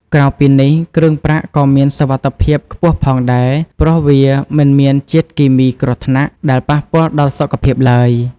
ក្រៅពីនេះ គ្រឿងប្រាក់ក៏មានសុវត្ថិភាពខ្ពស់ផងដែរ ព្រោះវា មិនមានជាតិគីមីគ្រោះថ្នាក់ ដែលប៉ះពាល់ដល់សុខភាពឡើយ។